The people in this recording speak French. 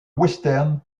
western